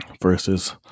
versus